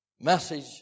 message